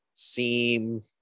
Seem